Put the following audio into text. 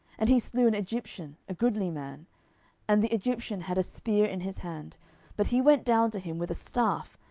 and he slew an egyptian, a goodly man and the egyptian had a spear in his hand but he went down to him with a staff,